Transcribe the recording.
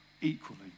Equally